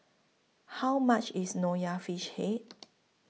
How much IS Nonya Fish Head